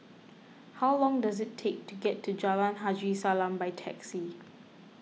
how long does it take to get to Jalan Haji Salam by taxi